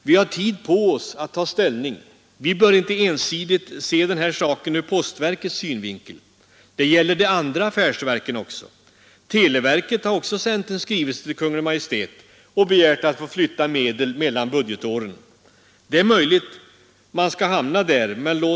Vi har på s. 26 i betänkandet återgett den tabell rörande sysselsättningsutvecklingen under perioden 1972-1977 som finns i den reviderade finansplanen.